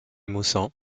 maussangs